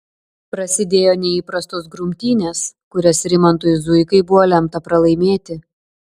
prasidėjo neįprastos grumtynės kurias rimantui zuikai buvo lemta pralaimėti